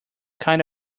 kind